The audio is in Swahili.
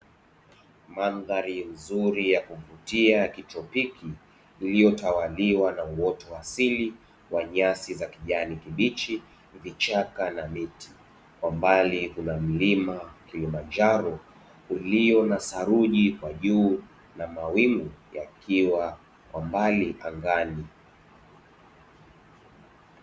Mandhari nzuri ya kuvutia ya kitropiki iliyotawaliwa na uoto wa asili wa nyasi za kijani kibichi vichaka na miti. Kwa mbali kuna mlima kilimanjaro ulio na tharuji kwa juu na mawingu yakiwa kwa mbali angani.